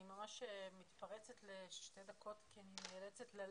אני ממש מתפרצת לשתי דקות כי אני נאלצת ללכת.